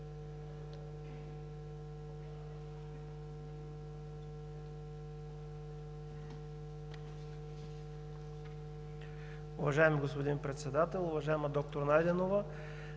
Уважаеми господин Председател! Уважаема доктор Найденова,